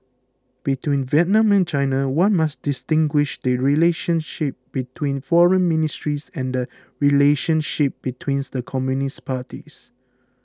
between Vietnam and China one must distinguish the relationship between foreign ministries and the relationship between the communist parties